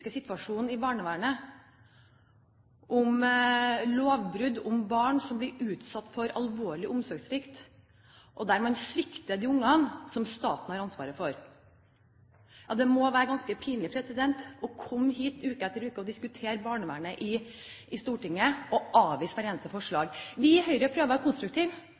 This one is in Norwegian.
situasjonen i barnevernet, om lovbrudd, om barn som blir utsatt for alvorlig omsorgssvikt, og der man svikter de barna som staten har ansvaret for. Det må være ganske pinlig å komme hit uke etter uke og diskutere barnevernet i Stortinget, og avvise hvert eneste forslag. Vi i Høyre prøver å være konstruktive.